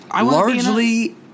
largely